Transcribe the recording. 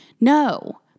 No